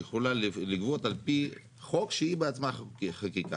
יכולה לגבות על פי חוק שהיא בעצמה חקקה.